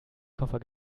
koffer